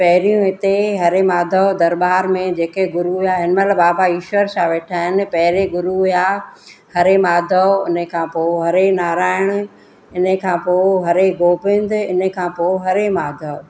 पहिरियों हिते हरे माधव दरॿार में जेके गुरू हुया हिन महिल बाबा ईश्वर शाह वेठा आहिनि पहिरीं गुरू हुया हरे माधव उन खां पोइ हरे नारायण उन खां पोइ हरे गोविंद इन खां पोइ हरे माधव